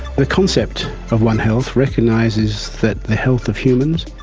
the concept of one health recognises that the health of humans,